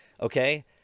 Okay